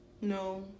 No